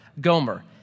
Gomer